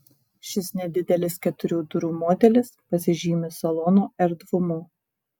šis nedidelis keturių durų modelis pasižymi salono erdvumu